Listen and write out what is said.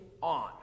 on